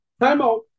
timeout